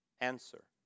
answer